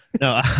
no